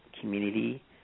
community